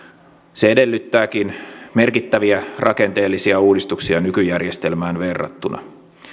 se edellyttääkin merkittäviä rakenteellisia uudistuksia nykyjärjestelmään verrattuna